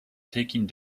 taking